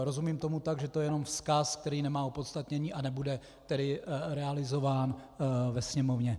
Rozumím tomu tak, že to je jenom vzkaz, který nemá opodstatnění a nebude tedy realizován ve Sněmovně.